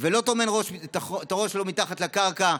ולא טומן את הראש שלו מתחת לקרקע,